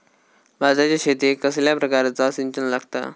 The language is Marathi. भाताच्या शेतीक कसल्या प्रकारचा सिंचन लागता?